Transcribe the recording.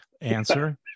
answer